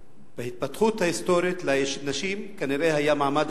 בהתפתחות ההיסטורית לנשים כנראה היה מעמד